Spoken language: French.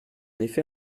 effet